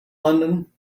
london